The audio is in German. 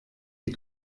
die